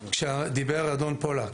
כשדיבר אדון פולק,